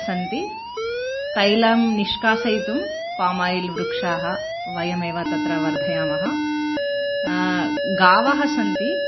सन्ति तैलं निष्कासयितुं पाम् आयिल् वृक्षाः वयमेव तत्र वर्धयामः गावः सन्ति